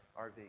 RV